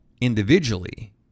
individually